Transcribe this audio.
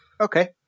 okay